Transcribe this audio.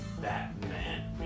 batman